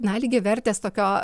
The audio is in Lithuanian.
na lygiavertės tokio